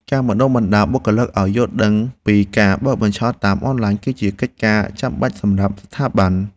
ការបណ្តុះបណ្តាលបុគ្គលិកឱ្យយល់ដឹងពីការបោកបញ្ឆោតតាមអនឡាញ គឺជាកិច្ចការចាំបាច់សម្រាប់ស្ថាប័ន។